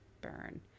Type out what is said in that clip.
Burn